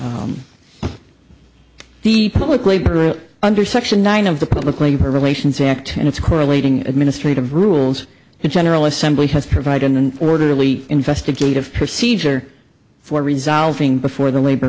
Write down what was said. the publicly under section nine of the public labor relations act and its correlating administrative rules in general assembly has provided an orderly investigative procedure for resolving before the labor